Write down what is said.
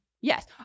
Yes